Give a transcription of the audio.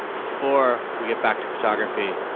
before we get back to photography,